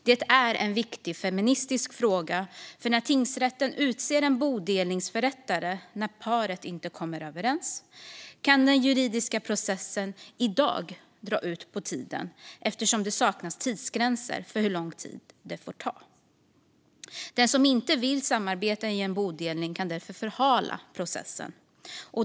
Det är en viktig feministisk fråga, för när tingsrätten utser en bodelningsförrättare när paret inte kommer överens kan den juridiska processen i dag dra ut på tiden eftersom det saknas tidsgränser för hur lång tid den får ta. Den som inte vill samarbeta i en bodelning kan därför förhala processen.